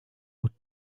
would